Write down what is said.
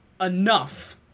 enough